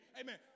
Amen